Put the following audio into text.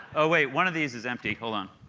oh wait, one of these is empty, hold on.